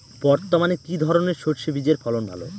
বর্তমানে কি ধরনের সরষে বীজের ফলন ভালো?